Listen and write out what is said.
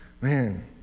man